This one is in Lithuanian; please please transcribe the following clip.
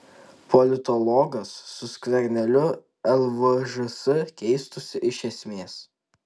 politologas su skverneliu lvžs keistųsi iš esmės